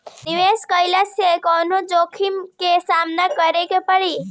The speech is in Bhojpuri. निवेश कईला से कौनो जोखिम के सामना करे क परि का?